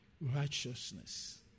righteousness